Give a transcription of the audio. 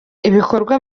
ibikorwa